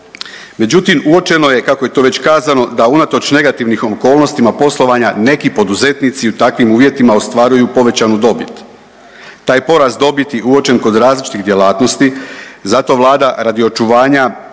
Međutim uočeno je kako je to već kazano da unatoč negativnim okolnostima poslovanja neki poduzetnici u takvim uvjetima ostvaruju povećanu dobit. Taj porast dobiti uočen je kod različitih djelatnosti, zato Vlada radi očuvanja